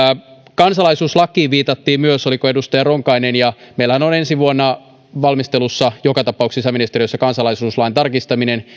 kansalaisuuslakiin viitattiin myös olikohan edustaja ronkainen meillähän on ensi vuonna joka tapauksessa valmistelussa sisäministeriössä kansalaisuuslain tarkistaminen